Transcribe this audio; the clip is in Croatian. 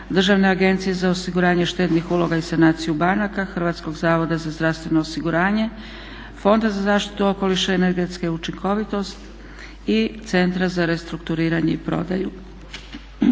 Državne agencije za osiguranje štednih uloga i sanaciju banaka d) Hrvatskog zavoda za zdravstveno osiguranje e) Fonda za zaštitu okoliša i energetsku učinkovitost f) Centra za restrukturiranje i prodaju